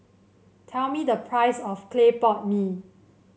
tell me the price of Clay Pot Mee